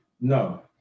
no